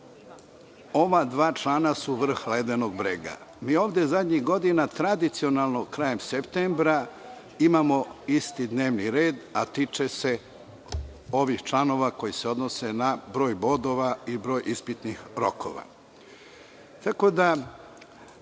ova dva člana su vrh ledenog brega. Mi ovde zadnjih godina tradicionalno, krajem septembra, imamo isti dnevni red, a tiče se ovih članova koji se odnose na broj bodova i broj ispitnih rokova. Pošto se